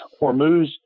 Hormuz